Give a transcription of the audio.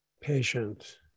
patient